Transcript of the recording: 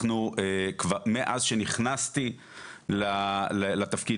מאז שנכנסתי לתפקיד,